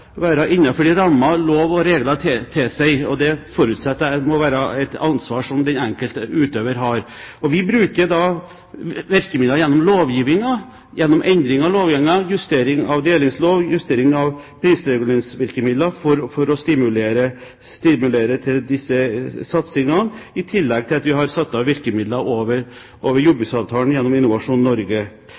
være innenfor de rammene som lov og regler tilsier. Det forutsetter jeg er et ansvar som den enkelte utøver har. Vi bruker virkemidler gjennom endring av lovgivningen, justering av delingslov og justering av prisreguleringsvirkemidler, for å stimulere til disse satsingene, i tillegg til at vi har satt av virkemidler over jordbruksavtalen gjennom Innovasjon Norge.